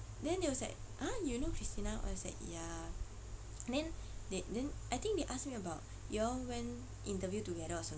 then they was like ah you know christina oh I said ya then then I think they asked me about y'all went interview together or something